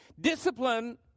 Discipline